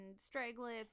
stragglers